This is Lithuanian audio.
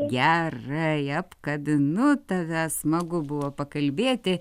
gerai apkabinu tave smagu buvo pakalbėti